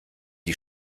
die